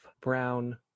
brown